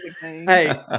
Hey